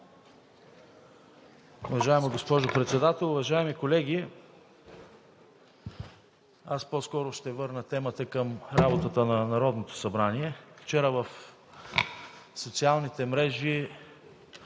Уважаема госпожо Председател, уважаеми колеги! Аз по-скоро ще върна темата към работата на Народното събрание. Вчера в социалните мрежи